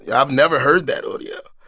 yeah i've never heard that audio,